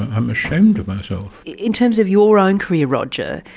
i'm ashamed of myself. in terms of your own career, roger,